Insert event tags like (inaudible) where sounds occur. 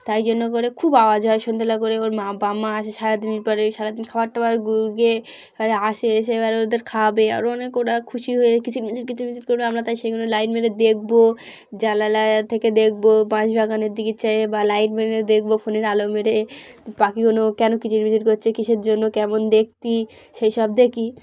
তাই জন্য করে খুব আওয়াজ হয় সন্ধেবেলা করে ওর মা বাপ মা আসে সারাদিনের পরে ওই সারাদিন খাওয়ার টাবার (unintelligible) এবারে আসে এসে এবারে ওদের খাওয়াবে আরও অনেক ওরা খুশি হয়ে কিচিরমিচির কিচিরমিচির করবে আমরা তাই সেইগুলো লাইট মেরে দেখব জানালা থেকে দেখব বাঁশবাগানের দিকে চেয়ে বা লাইট মেরে মেরে দেখব ফোনের আলো মেরে পাখিগুলো কেন কিচিরমিচির করছে কীসের জন্য কেমন দেখতে সেই সব দেখি